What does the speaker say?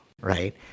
Right